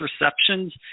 receptions